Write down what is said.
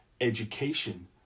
education